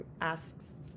asks